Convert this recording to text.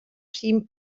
team